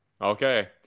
Okay